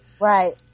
Right